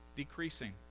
Decreasing